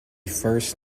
first